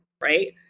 right